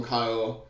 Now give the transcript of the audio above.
Kyle